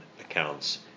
accounts